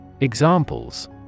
Examples